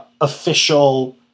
official